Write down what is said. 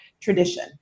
tradition